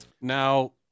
Now